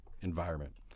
environment